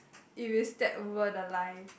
if you step over the line